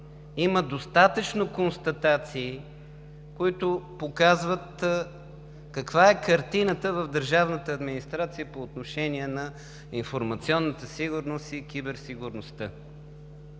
има достатъчно констатации, които показват каква е картината в държавната администрация по отношение на информационната сигурност и киберсигурността.